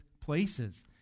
places